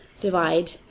divide